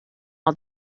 all